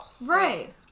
Right